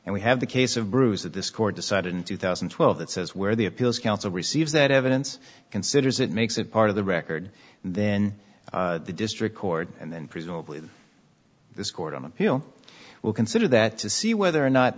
and we have the case of bruce that this court decided in two thousand and twelve that says where the appeals council receives that evidence considers it makes it part of the record then the district court and then presumably this court of appeal will consider that to see whether or not